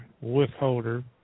Withholder